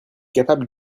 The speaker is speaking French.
capable